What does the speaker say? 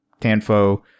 tanfo